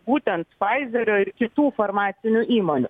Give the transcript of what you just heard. būtent faizerio ir kitų farmacinių įmonių